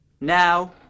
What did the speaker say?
now